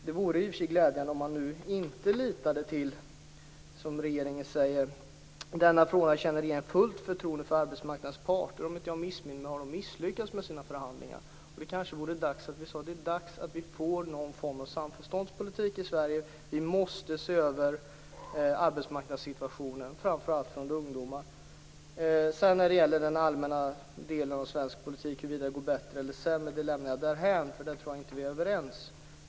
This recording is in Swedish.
Det vore i och för sig glädjande om man nu inte litade till det som regeringen säger: "Den frågan känner regeringen fullt förtroende för arbetsmarknadens parter -." Om jag inte missminner mig har man misslyckats med sina förhandlingar. Det kanske är dags för oss att säga: Det är dags att vi får någon form av samförståndspolitik i Sverige. Vi måste se över arbetsmarknadssituationen, framför allt för ungdomar. Den allmänna delen av svensk politik, huruvida det går bättre eller sämre, lämnar jag därhän. Där tror jag inte att vi är överens.